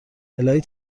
الهی